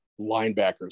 linebackers